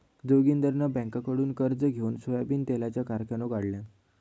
जोगिंदरान बँककडुन कर्ज घेउन सोयाबीन तेलाचो कारखानो काढल्यान